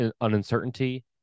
uncertainty